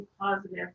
positive